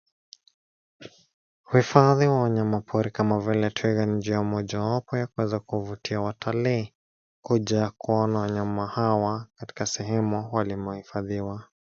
Uhifadhi wa wanyama pori kama vile twiga ni njia mojawapo ya kuweza kuvutia watalii kuja kuona wanyama hawa katika sehemu walimohifadhiwa.